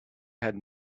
had